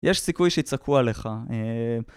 יש סיכוי שיצעקו עלייך.